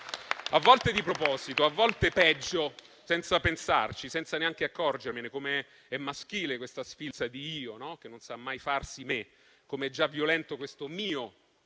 a volte di proposito, a volte, peggio, senza pensarci, senza neanche accorgermene. Come è maschile questa sfilza di "io", che non sa mai farsi "me"; come è già violento questo mio